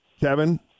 kevin